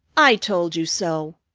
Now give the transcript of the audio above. i told you so!